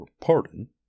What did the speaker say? pardon